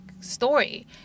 story